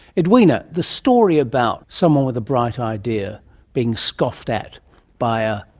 edwina, the story about someone with a bright idea being scoffed at by a,